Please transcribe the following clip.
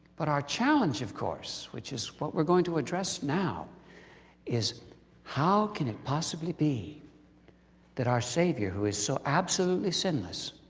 but our challenge of course, which is what we're going to address now is how can it possibly be that our savior, who is so absolutely sinless,